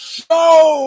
Show